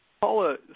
Paula